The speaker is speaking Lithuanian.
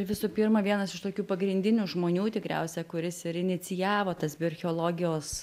visų pirma vienas iš tokių pagrindinių žmonių tikriausia kuris ir inicijavo tas bioarcheologijos